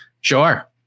sure